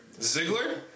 Ziggler